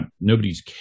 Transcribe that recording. nobody's